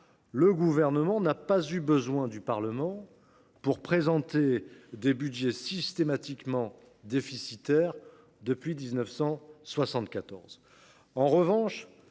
le Gouvernement n’a pas eu besoin du Parlement pour présenter des budgets systématiquement déficitaires depuis 1974.